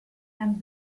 and